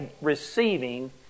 receiving